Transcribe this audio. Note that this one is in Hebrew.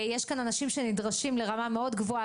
יש כאן אנשים שנדרשים לרמה מאוד גבוהה.